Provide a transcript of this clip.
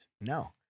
No